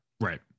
Right